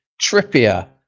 Trippier